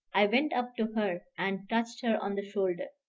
i went up to her and touched her on the shoulder.